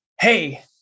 Hey